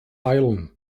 island